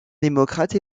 démocrate